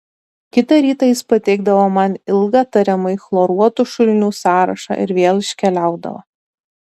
kitą rytą jis pateikdavo man ilgą tariamai chloruotų šulinių sąrašą ir vėl iškeliaudavo